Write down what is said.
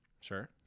Sure